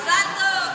מזל טוב.